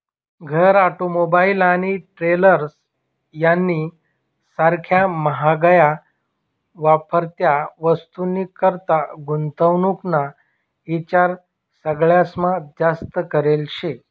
घर, ऑटोमोबाईल आणि ट्रेलर्स यानी सारख्या म्हाग्या वापरत्या वस्तूनीकरता गुंतवणूक ना ईचार सगळास्मा जास्त करेल शे